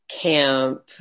camp